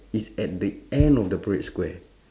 is at the end of the parade square